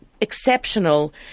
exceptional